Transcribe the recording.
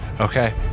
Okay